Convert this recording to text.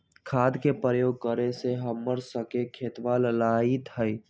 खाद के प्रयोग करे से हम्मर स के खेतवा लहलाईत हई